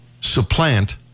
supplant